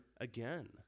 again